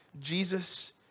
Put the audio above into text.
Jesus